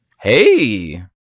Hey